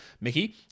Mickey